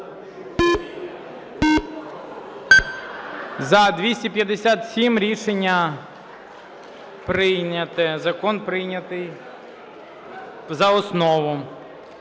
За-257 Рішення прийнято. Закон прийнятий за основу.